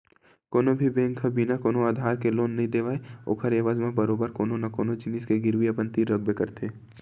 कोनो भी बेंक ह बिना कोनो आधार के लोन नइ देवय ओखर एवज म बरोबर कोनो न कोनो जिनिस के गिरवी अपन तीर रखबे करथे